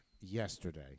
Yesterday